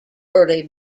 early